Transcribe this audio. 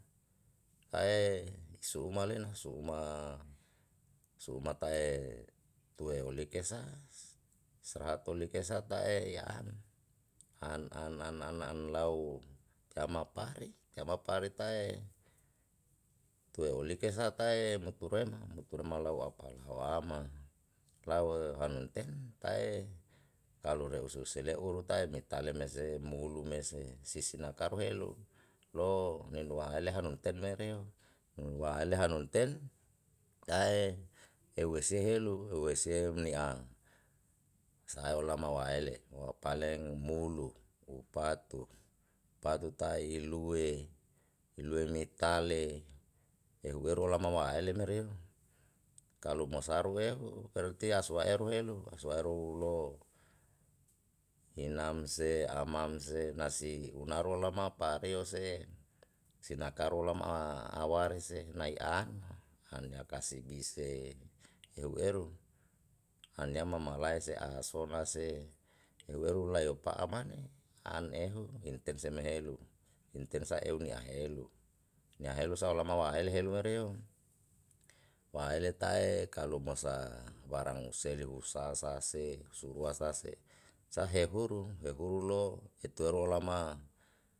ae su'uma leno su'uma su'uma tae tue olikesa strahat olike sa ta'e ria an an an an an lau tama pari tama pari tae tue ulike sa tae mutu renu mutu re malau apala wama lau anun ten tae kalu re'u susele'u rutae mitale mese mulu mese sisina karu helu lo minwa leha nuntenu reo nua leha nunten tae eu ese helu eu ese nia sae olama waele wa paleng mulu upatu patu tai lue ilue mikale ehu ero lama ma'a ele merem kalu mo saru ehu berati a suwaeru elu a swaeru lo inamse amam se nasi unaro lama pariu se sinakaro lama awarese nae an an ya kasibi se ehu eru anyama ma lae se asona se ehu eru lae pa'a mane an ehu intense mehelu intensa eu ni a helu nia helu sa olama wa'a ele helu wareo wa'a ele tae kalu masa barang selu husa sa se surua sa se sahe huru wehuru lo iteru lama.